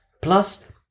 plus